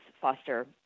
foster